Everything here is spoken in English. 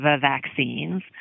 vaccines